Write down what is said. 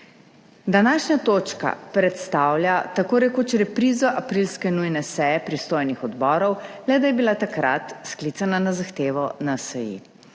Današnja točka predstavlja tako rekoč reprizo aprilske nujne seje pristojnih odborov, le da je bila takrat sklicana na zahtevo NSi.